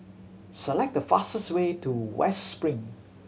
select the fastest way to West Spring